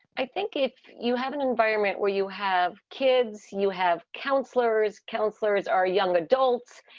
i think if you have an environment where you have kids, you have counselors, counselors are young adults.